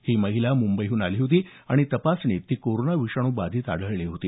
ही महिला मुंबईहून आली होती आणि तपासणीत ती कोरोना विषाणू बाधित आढळली होती